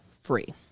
free